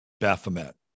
Baphomet